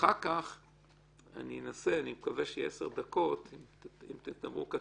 ואחר כך אני אנסה אני מקווה שיהיו עשר דקות --- אני רק אומר,